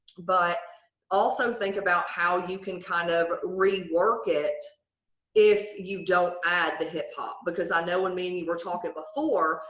but also think about how you can kind of rework it if you don't add the hip hop. because i know and me and you were talking before,